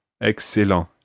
Excellent